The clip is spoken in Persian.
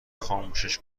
خاموشش